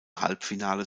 halbfinale